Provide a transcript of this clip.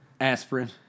Aspirin